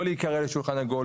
לא להיקרא לשולחן עגול,